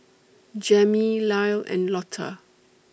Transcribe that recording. Jammie Lyle and Lotta